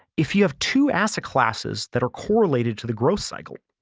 if you have two asset classes that are correlated to the growth cycle,